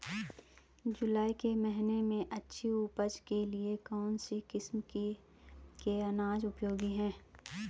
जुलाई के महीने में अच्छी उपज के लिए कौन सी किस्म के अनाज उपयोगी हैं?